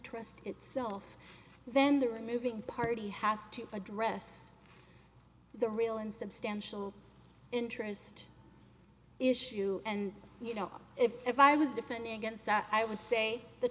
trust itself then the removing party has to address the real and substantial interest issue and you know if i was defending against that i would say the